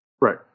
Right